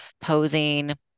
posing